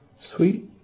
Sweet